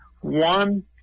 One